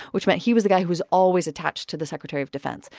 which meant he was the guy who was always attached to the secretary of defense.